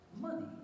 money